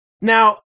Now